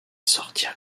sortir